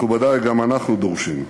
מכובדי, גם אנחנו דורשים.